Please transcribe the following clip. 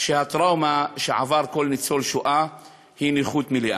שהטראומה שעבר כל ניצול שואה היא נכות מלאה.